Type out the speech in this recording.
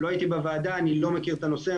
לא הייתי בוועדה ואני לא מכיר את הנושא,